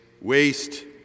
waste